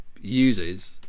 uses